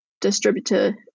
distributor